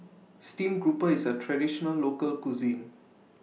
Stream Grouper IS A Traditional Local Cuisine